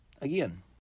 again